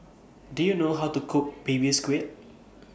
Do YOU know How to Cook Baby Squid